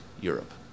Europe